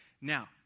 Now